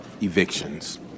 evictions